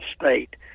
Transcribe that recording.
state